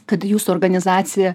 kad jūsų organizacija